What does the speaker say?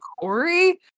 Corey